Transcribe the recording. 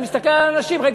אני מסתכל על האנשים: רגע,